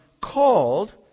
called